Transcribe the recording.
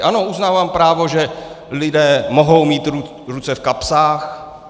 Ano, uznávám právo, že lidé mohou mít ruce v kapsách.